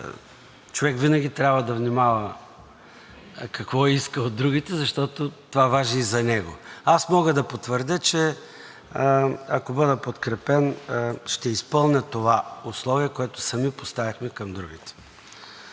Човек винаги трябва да внимава какво иска от другите, защото това важи и за него. Аз мога да потвърдя, че ако бъда подкрепен, ще изпълня това условие, което сами поставихме към другите.